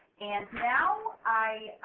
and now i